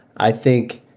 i think,